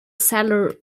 cellar